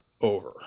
Over